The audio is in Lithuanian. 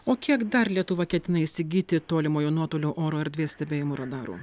o kiek dar lietuva ketina įsigyti tolimojo nuotolio oro erdvės stebėjimo radarų